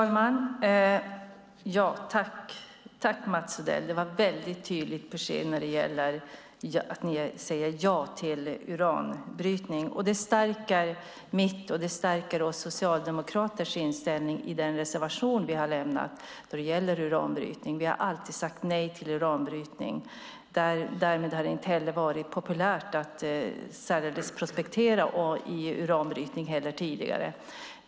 Herr talman! Tack, Mats Odell, det var ett väldigt tydligt besked när det gäller att ni säger ja till uranbrytning. Det stärker min och Socialdemokraternas inställning i den reservation vi har lämnat då det gäller uranbrytning. Vi har alltid sagt nej till uranbrytning. Det har inte heller varit populärt att prospektera i utanbrytning tidigare.